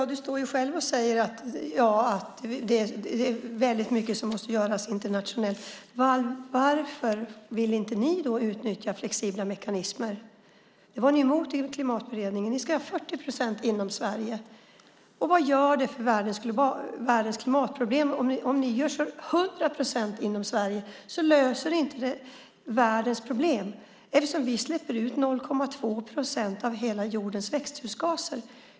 Fru talman! Christin Hagberg, du säger själv att väldigt mycket måste göras internationellt. Varför vill ni då inte utnyttja flexibla mekanismer? Ni var emot det i Klimatberedningen. Ni ska ha 40 procent som mål inom Sverige. Men vad gör det för världens klimatproblem? Även om ni har 100 procent som mål inom Sverige löser inte det världens problem eftersom utsläppen i Sverige utgör bara 0,2 procent av hela jordens växthusgaser.